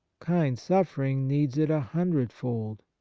kind suffering needs it a hundredfold.